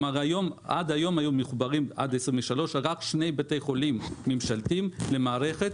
כלומר עד היום היו מחוברים עד 23' שני בתי חולים ממשלתיים למערכת